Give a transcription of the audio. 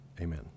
Amen